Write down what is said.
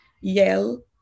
yell